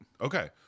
Okay